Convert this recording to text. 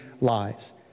lies